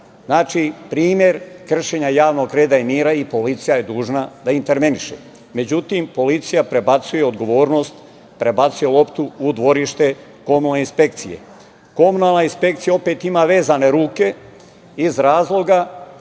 objekata, primer kršenja javnog reda i mira i policija je dužna da interveniše. Međutim, policija prebacuje odgovornost, prebacuje loptu u dvorište komunalne inspekcije. Komunalna inspekcija opet ima vezane ruke iz razloga,